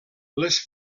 les